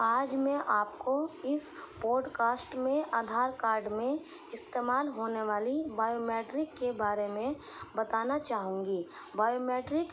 آج میں آپ کو اس پوڈ کاسٹ میں آدھار کارڈ میں استعمال ہونے والی بایو میٹرک کے بارے میں بتانا چاہوں گی بایو میٹرک